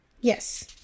Yes